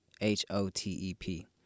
H-O-T-E-P